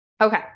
Okay